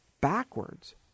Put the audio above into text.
backwards